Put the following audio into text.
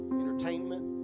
entertainment